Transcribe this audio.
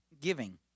giving